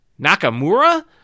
Nakamura